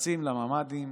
רצים לממ"דים,